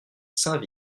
saint